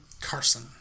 Carson